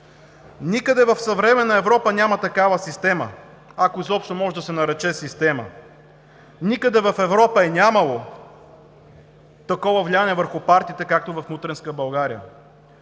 Никъде в съвременна Европа няма такава система, ако изобщо може да се нарече „система“, никъде в Европа е нямало такова влияние върху партиите, както в мутренска България.